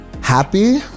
happy